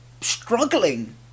struggling